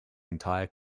entire